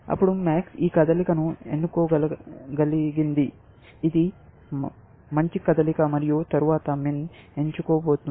అప్పుడు MAX ఈ కదలికను ఎన్నుకోగలిగింది ఇది మంచి కదలిక మరియు తరువాత MIN ఎంచుకోబడుతుంది